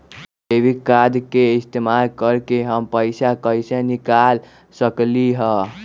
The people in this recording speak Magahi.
डेबिट कार्ड के इस्तेमाल करके हम पैईसा कईसे निकाल सकलि ह?